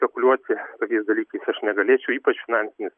spekuliuoti tokiais dalykais aš negalėčiau ypač finansiniais